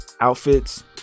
outfits